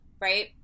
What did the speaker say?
right